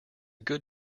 good